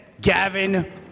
Gavin